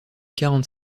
quarante